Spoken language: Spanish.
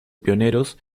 pioneros